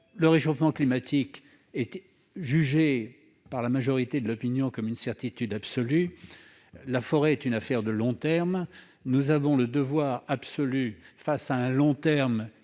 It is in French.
le réchauffement climatique est jugé par la majorité de l'opinion comme une certitude absolue, la forêt étant une affaire de long terme, nous avons le devoir absolu, face à un horizon de